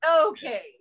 Okay